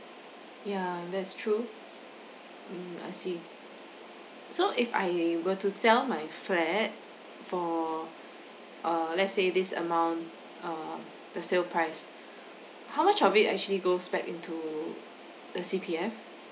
yeah that's true mm I see so if I were to sell my flat for uh let's say this amount uh the sale price how much of it actually goes back into the C_P_F